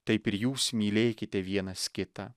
taip ir jūs mylėkite vienas kitą